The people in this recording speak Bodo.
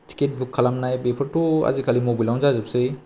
टिकेट बुक खालामनाय बेफोरथ' आजिखालि मबाइलावनो जाजोबसै